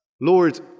Lord